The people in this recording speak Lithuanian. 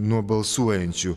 nuo balsuojančių